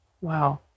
Wow